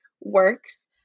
works